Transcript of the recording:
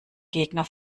gegner